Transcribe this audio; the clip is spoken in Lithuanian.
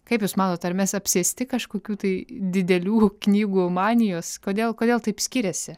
kaip jūs manot ar mes apsėsti kažkokių tai didelių knygų manijos kodėl kodėl taip skiriasi